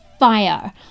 Fire